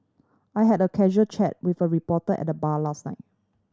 I had a casual chat with a reporter at the bar last night